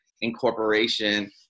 incorporation